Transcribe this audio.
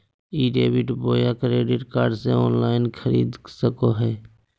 ई debit बोया credit card से online खरीद सको हिए?